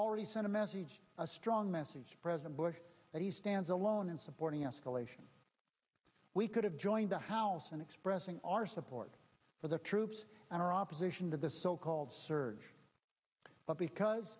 already sent a message a strong message to president bush that he stands alone in supporting escalation we could have joined the house in expressing our support for the troops and our opposition to the so called surge but because